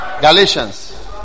Galatians